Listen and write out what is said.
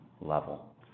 level